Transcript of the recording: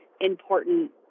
important